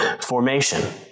formation